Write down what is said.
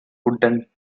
wooden